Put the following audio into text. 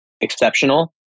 exceptional